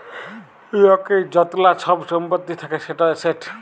লকের য্তলা ছব ছম্পত্তি থ্যাকে সেট এসেট